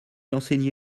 enseignait